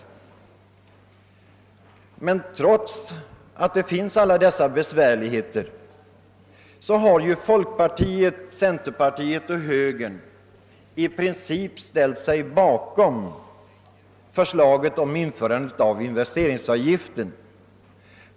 Trots alla dessa besvärligheter har emellertid folkpartiet, centerpartiet och högern i princip ställt sig bakom förslaget om införande av investeringsavgiften.